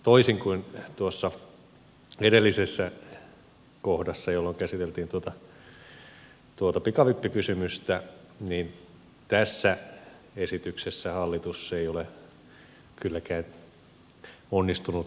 toisin kuin tuossa edellisessä kohdassa jossa käsiteltiin tuota pikavippikysymystä tässä esityksessä hallitus ei ole kylläkään onnistunut lainkaan yhtä hyvin